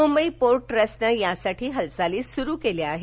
Mumbai port trust ने त्यासाठी हालचाली सुरू केल्या आहेत